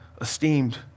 esteemed